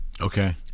Okay